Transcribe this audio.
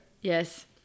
Yes